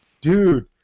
dude